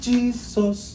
Jesus